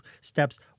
steps